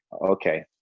okay